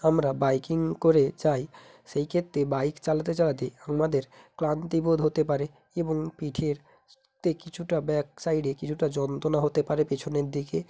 আমরা বাইকিং করে যাই সেইক্ষেত্রে বাইক চালাতে চালাতে আমাদের ক্লান্তি বোধ হতে পারে এবং পিঠের তে কিছুটা ব্যাক সাইডে কিছুটা যন্ত্রণা হতে পারে পেছনের দিকে